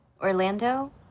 Orlando